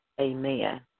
Amen